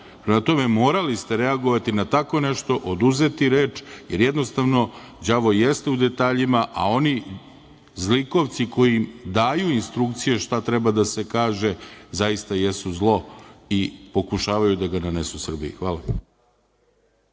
dole. Prema tome, morali ste reagovati na tako nešto, oduzeti reč, jer jednostavno, đavo jeste u detaljima, a oni zlikovci koji daju instrukcije šta treba da se kaže, zaista jesu zlo i pokušavaju da ga nanesu Srbiji. Hvala.